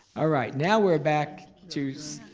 ah right, now we're back to oh,